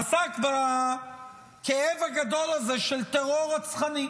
עסק בכאב הגדול הזה של טרור רצחני.